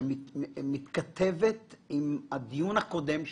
מתנהלת על ידי רשות להגבלים עסקיים.